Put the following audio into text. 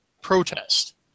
protest